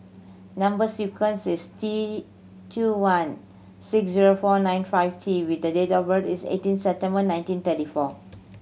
number sequence is T two one six zero four nine five T with the date of birth is eighteen September nineteen thirty four